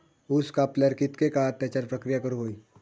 ऊस कापल्यार कितके काळात त्याच्यार प्रक्रिया करू होई?